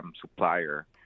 supplier